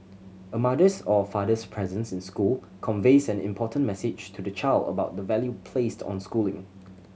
a mother's or father's presence in school conveys an important message to the child about the value placed on schooling